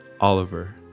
Oliver